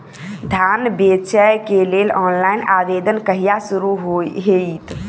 धान बेचै केँ लेल ऑनलाइन आवेदन कहिया शुरू हेतइ?